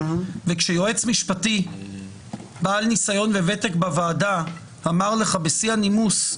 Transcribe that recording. כשיועץ משפטי בעל ניסיון וותק בוועדה אמר לך בשיא הנימוס,